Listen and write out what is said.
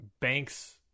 Banks